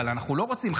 אבל אנחנו לא רוצים,